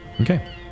Okay